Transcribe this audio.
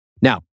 Now